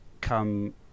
come